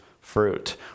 fruit